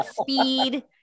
speed